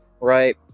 right